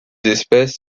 espèces